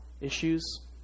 issues